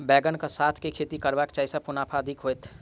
बैंगन कऽ साथ केँ खेती करब जयसँ मुनाफा अधिक हेतइ?